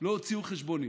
לא הוציאו חשבונית.